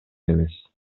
эмес